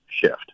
shift